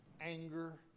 anger